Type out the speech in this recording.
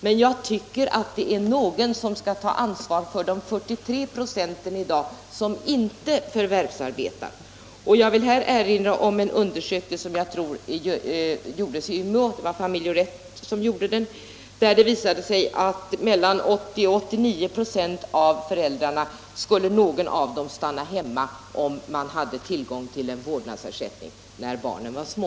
Men jag tycker att någon skall ta ansvaret även för de 43 96 av småbarnsföräldrarna som i dag inte förvärvsarbetar. Jag vill här erinra om en undersökning — det var Familj och rätt som gjorde den — där det visade sig att mellan 80 och 89 96 av föräldrarna var villiga att stanna hemma hos barnen om man hade tillgång till vårdnadsersättning när barnen var små.